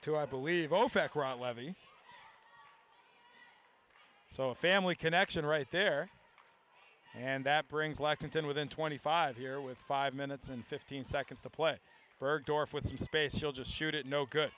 two i believe opec right levy so a family connection right there and that brings lexington within twenty five here with five minutes and fifteen seconds to play bergdorf with some space she'll just shoot it no good